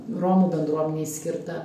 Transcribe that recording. romų bendruomenei skirta